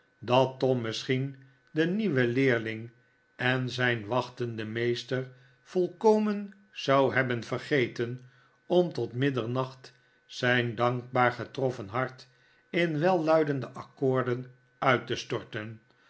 dat tom misschien den nieuwen leerling en zijn wachtenden meester volkomen zou hebben vergeten om tot middernacht zijn dankbaaj getroffen hart in welluidende accoorden uit te storten